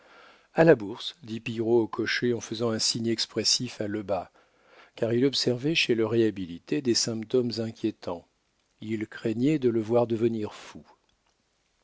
a la bourse dit pillerault au cocher en faisant un signe expressif à lebas car il observait chez le réhabilité des symptômes inquiétants il craignait de le voir devenir fou